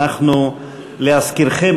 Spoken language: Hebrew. להזכירכם,